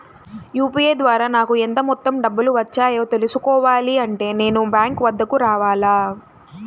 UPI ద్వారా నాకు ఎంత మొత్తం డబ్బులు వచ్చాయో తెలుసుకోవాలి అంటే నేను బ్యాంక్ వద్దకు రావాలా?